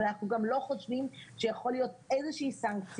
אבל אנחנו גם לא חושבים שיכולה להיות איזושהי סנקציה,